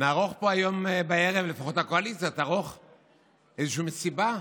נערוך פה היום בערב איזו מסיבה,